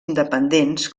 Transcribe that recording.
independents